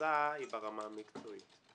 ההמלצה היא ברמה המקצועית,